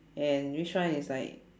and which one is like